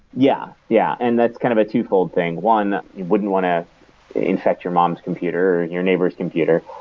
yeah yeah, and that's kind of a twofold thing. one, you wouldn't want to infect your mom's computer or your neighbor s computer.